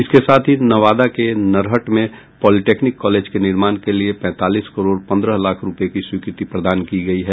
इसके साथ ही नवादा के नरहट में पॉलिटेक्निक कॉलेज के निर्माण के लिये पैंतालीस करोड़ पंद्रह लाख रूपये की स्वीकृति प्रदान की गयी है